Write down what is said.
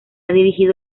dirigido